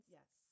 Yes